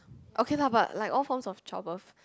okay lah but like all forms of childbirth